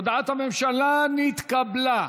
הודעת הממשלה נתקבלה.